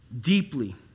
deeply